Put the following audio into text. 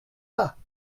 pas